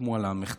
חתמו על המכתבים,